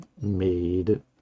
made